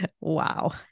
Wow